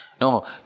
No